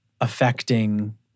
affecting